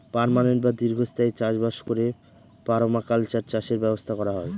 permanent বা দীর্ঘস্থায়ী চাষ বাস করে পারমাকালচার চাষের ব্যবস্থা করা হয়